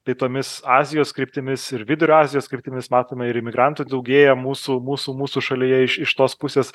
tai tomis azijos kryptimis ir vidurio azijos kryptimis matome ir imigrantų daugėja mūsų mūsų mūsų šalyje iš iš tos pusės